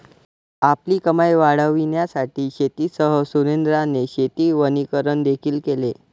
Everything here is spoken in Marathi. आपली कमाई वाढविण्यासाठी शेतीसह सुरेंद्राने शेती वनीकरण देखील केले